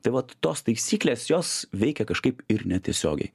tai vat tos taisyklės jos veikia kažkaip ir netiesiogiai